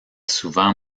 souvent